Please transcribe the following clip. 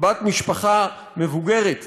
בת משפחה מבוגרת בבית-חולים,